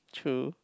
true